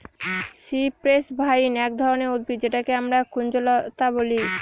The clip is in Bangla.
সিপ্রেস ভাইন এক ধরনের উদ্ভিদ যেটাকে আমরা কুঞ্জলতা বলি